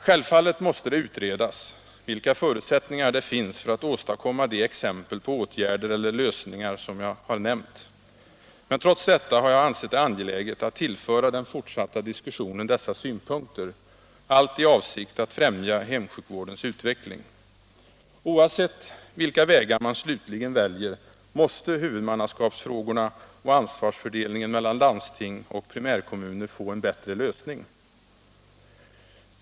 Självfallet måste det utredas vilka förutsättningar som finns för att åstadkomma de exempel på åtgärder eller lösningar som jag har nämnt. Men trots detta har jag ansett det angeläget att tillföra den fortsatta diskussionen dessa synpunkter — allt i avsikt att främja hemsjukvårdens utveckling. Oavsett vilka vägar man slutligen väljer måste huvudmannaskapsfrågorna och ansvarsfördelningen mellan landsting och primärkommuner få en bättre lösning.